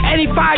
85